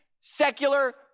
secular